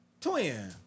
twin